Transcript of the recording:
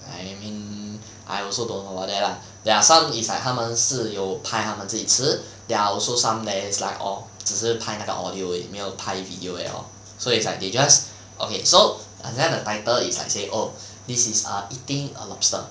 I mean I also don't know all that lah there are some is like 他们是有拍他们自己吃 there are also some that is like orh 只是拍那个 audio 而已没有拍 video at all so it's like they just okay so and then the title is like say oh this is a eating a lobster